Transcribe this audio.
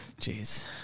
Jeez